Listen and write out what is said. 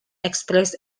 express